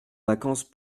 vacances